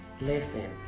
listen